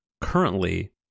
currently